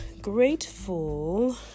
grateful